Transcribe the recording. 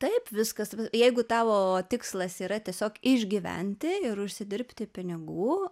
taip viskas jeigu tavo tikslas yra tiesiog išgyventi ir užsidirbti pinigų